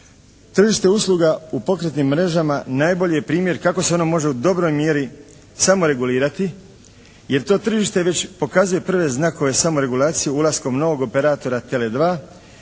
Tržište usluga u pokretnim mrežama najbolji je primjer kako se ono može u dobroj mjeri samo regulirati jer to tržište već pokazuje prve znakove samoregulacije ulaskom novog operatora Tele2